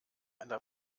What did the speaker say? einer